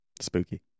spooky